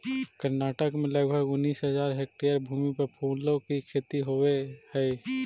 कर्नाटक में लगभग उनीस हज़ार हेक्टेयर भूमि पर फूलों की खेती होवे हई